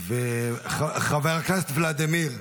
חבר הכנסת ולדימיר,